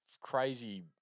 crazy